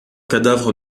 cadavre